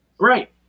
Right